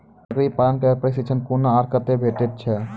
बकरी पालन के लेल प्रशिक्षण कूना आर कते भेटैत छै?